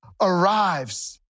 arrives